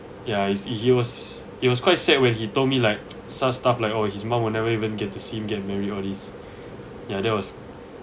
ya is he was he was quite sad when he told me like some stuff like oh his mum will never even get to see him get married all this yeah that was